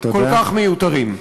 כל כך מיותרים.